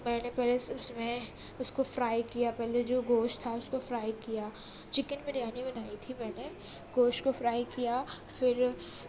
میں نے پہلے اس اس میں اس کو فرائی کیا پہلے جو گوشت تھا اس کو فرائی کیا چکن بریانی بنائی تھی میں نے گوشت کو فرائی کیا پھر